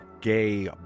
gay